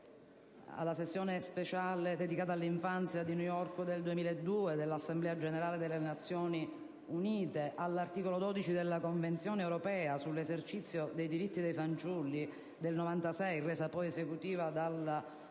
alla sessione speciale dedicata all'infanzia, svoltasi a New York dall'8 al 10 maggio 2002, dell'Assemblea generale delle Nazioni Unite, all'articolo 12 della Convenzione europea sull'esercizio dei diritti dei fanciulli del 1996 e resa esecutiva dalla legge